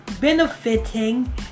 benefiting